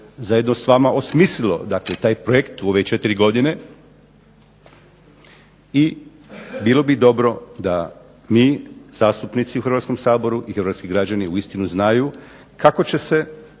zajedno s vama osmislilo dakle taj projekt u ove 4 godine? I bilo bi dobro da mi, zastupnici u Hrvatskom saboru, i hrvatski građani uistinu znaju kako će se